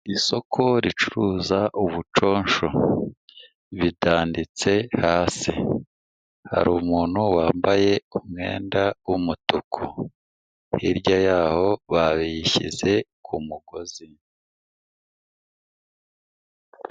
Isoko ricuruza ubuconshu, bitanditse hasi, hari umuntu wambaye umwenda w'umutuku, hirya yaho babishyize ku mugozi.